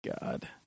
God